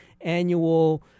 annual